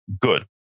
Good